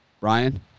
Ryan